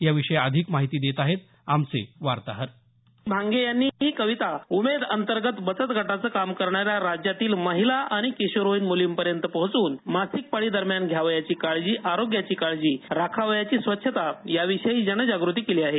याविषयी अधिक माहिती देत आहेत आमचे वार्ताहर भांगे यांनी ही कविता उमेद अंतर्गत बचतगटाचं काम करणाऱ्या राज्यातील महिला आणि किशोरवयीन मुलींपर्यंत पोहोचून मासिक पाळीदरम्यान ध्यावयाची काळजी आरोग्याची काळजी राखावयाची स्वच्छता याविषयी जनजागृती केली आहे